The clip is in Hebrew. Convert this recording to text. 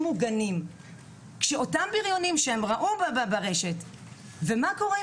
מוגנים כשאותם בריונים שהם ראו ברשת נמצאים